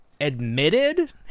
admitted